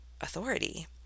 authority